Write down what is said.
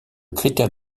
critère